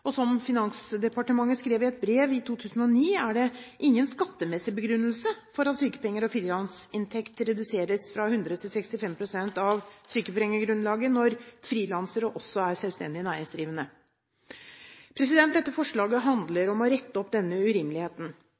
og som Finansdepartementet skrev i et brev i 2009, er det «ingen skattemessige begrunnelser for at sykepenger og frilansinntekt reduseres fra 100 til 65 prosent av sykepengegrunnlaget når frilansere også er selvstendig næringsdrivende.» Dette forslaget handler om å rette opp denne urimeligheten.